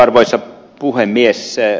arvoisa puhemies